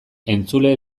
entzule